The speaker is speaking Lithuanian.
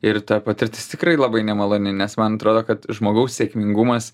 ir ta patirtis tikrai labai nemaloni nes man atrodo kad žmogaus sėkmingumas